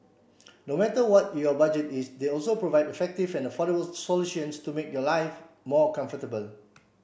no matter what your budget is they also provide effective and affordable solutions to make your life more comfortable